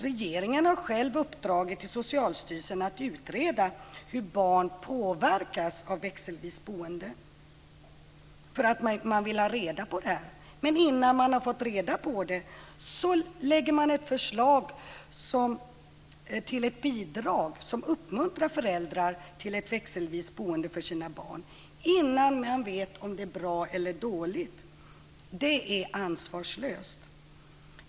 Regeringen har själv uppdragit åt Socialstyrelsen att utreda hur barn påverkas av växelvis boende eftersom man vill ha reda på det. Men innan man har fått reda på det lägger regeringen fram ett förslag till ett bidrag som uppmuntrar föräldrar till ett växelvis boende för sina barn. Det gör man innan man vet om det är bra eller dåligt. Det är ansvarslöst.